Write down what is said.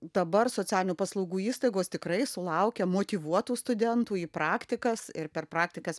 dabar socialinių paslaugų įstaigos tikrai sulaukia motyvuotų studentų į praktikas ir per praktikas